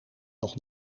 nog